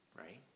right